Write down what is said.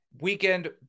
Weekend